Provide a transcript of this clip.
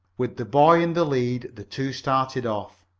with the boy in the lead the two started off.